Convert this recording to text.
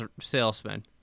salesman